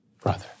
brother